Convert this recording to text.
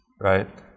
right